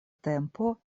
tempo